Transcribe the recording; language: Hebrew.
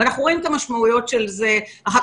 ואנחנו רואים את המשמעויות של זה אחר